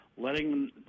letting